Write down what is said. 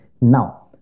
now